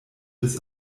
bis